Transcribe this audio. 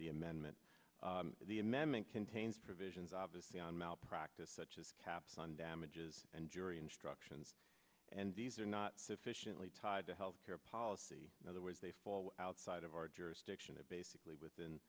the amendment the amendment contains provisions obviously on malpractise such as caps on damages and jury instructions and these are not sufficiently tied to health care policy otherwise they fall outside of our jurisdiction to basically within